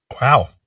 Wow